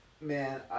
Man